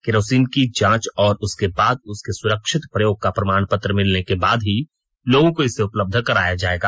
kerosene की जांच और उसके बाद उसके सुरक्षित उपयोग का प्रमाण पत्र मिलने के बाद ही लोगों को इसे उपलब्ध कराया जाएगा